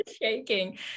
shaking